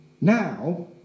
Now